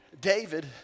David